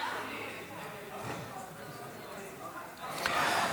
4 נתקבלו.